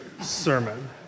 sermon